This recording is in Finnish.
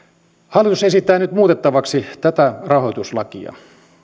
hallitus esittää nyt muutettavaksi tätä rahoituslakia